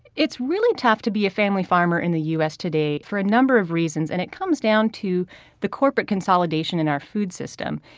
it's really tough to be a family farmer in the u s. today for a number of reasons. and it comes down to the corporate consolidation in our food system.